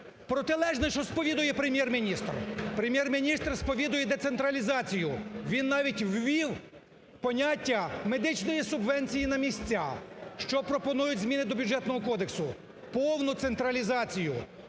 протилежне, що сповідує Прем'єр-міністр. Прем'єр-міністр сповідує децентралізацію. Він навіть вів поняття "медичної субвенції на місця". Що пропонують зміни до Бюджетного кодексу? Повну централізацію.